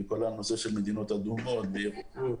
בגלל הנושא של מדינות אדומות וירוקות,